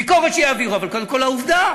ביקורת שיעבירו, אבל קודם כול העובדה,